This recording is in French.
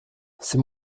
c’est